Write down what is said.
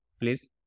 please